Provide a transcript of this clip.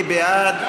מי בעד?